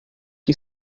que